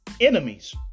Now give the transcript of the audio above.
enemies